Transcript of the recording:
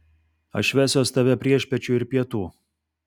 aš vesiuos tave priešpiečių ir pietų